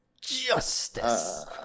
justice